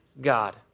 God